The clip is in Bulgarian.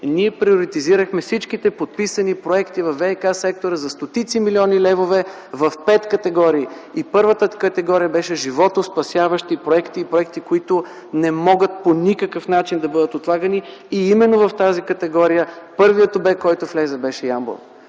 ние приоритизирахме всичките подписани проекти във ВиК-сектора за стотици милиони левове в пет категории. Първата категория беше: животоспасяващи проекти и проекти, които не могат по никакъв начин да бъдат отлагани. Именно в тази категория първият обект, който влезе, беше в Ямбол.